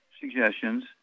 suggestions